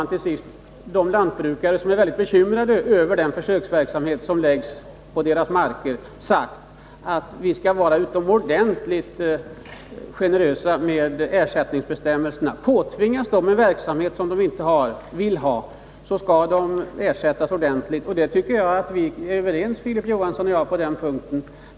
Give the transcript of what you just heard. Till de lantbrukare som är mycket bekymrade över den försöksverksamhet som förläggs till deras marker har vi sagt att vi skall vara utomordentligt generösa i ersättningsbestämmelserna. Om dessa lantbrukare påtvingas en verksamhet som de inte vill ha, skall de ersättas ordentligt. Filip Johansson och jag är överens på den punkten.